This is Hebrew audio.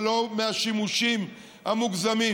ובלי שימושים מוגזמים,